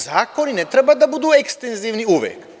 Zakon ne treba da budu ekstenzivni uvek.